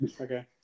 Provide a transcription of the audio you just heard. Okay